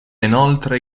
inoltre